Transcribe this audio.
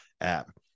app